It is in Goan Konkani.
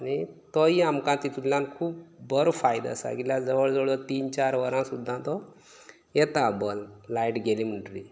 आनी तोय आमकां तितूंतल्यान खूब बरो फायदो आसा कित्या गेल्यार जवळ जवळ तीन चार वरां तो येता बल्ब लायट गेली म्हणटगीर